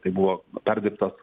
tai buvo perdirbtas